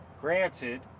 Granted